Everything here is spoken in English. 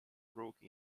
broke